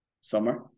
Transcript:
summer